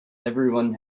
everyone